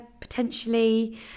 potentially